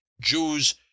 Jews